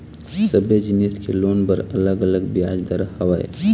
सबे जिनिस के लोन बर अलग अलग बियाज दर हवय